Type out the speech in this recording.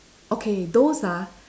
okay those ah